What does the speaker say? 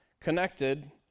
connected